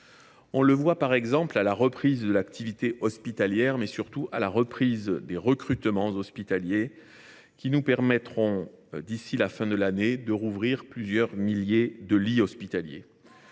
On le voit, par exemple, à la reprise de l’activité hospitalière, mais surtout à celle des recrutements hospitaliers, qui nous permettront, d’ici à la fin de l’année, de rouvrir plusieurs milliers de lits hospitaliers.